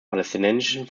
palästinensischen